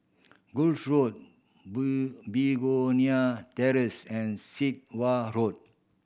Road Begonia Terrace and Sit Wah Road